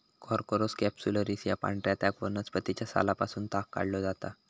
Corchorus capsularis या पांढऱ्या ताग वनस्पतीच्या सालापासून ताग काढलो जाता